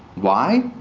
why?